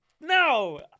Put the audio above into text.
No